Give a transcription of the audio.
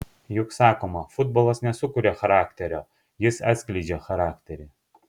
juk sakoma futbolas nesukuria charakterio jis atskleidžia charakterį